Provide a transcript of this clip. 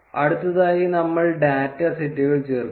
അടുത്തതായി നമ്മൾ ഡാറ്റ സെറ്റുകൾ ചേർക്കും